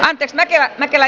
antti mäkelä mäkelä